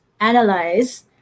analyze